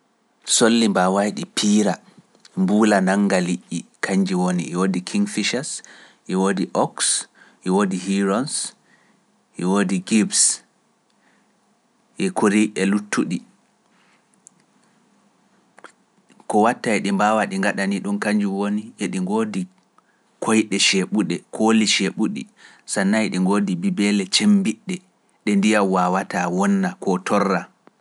Solli mbaaway ɗi piira, mbuula nannga liy’i, kañji woni e woodi Kinficias, e woodi Oks, e woodi Hirons, e woodi Gibbs, e kuri e luttuɗi. Ko watta e ɗi mbaawa ɗi ngaɗani ɗum kañju woni e ɗi ngoodi koyɗe ceeɓuɗe, kooli ceeɓuɗi, sana e ɗi ngoodi bibeele cemmbiɗɗe ɗe ndiyam waawataa wona ko torra.